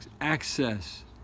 access